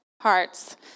hearts